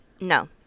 No